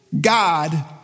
God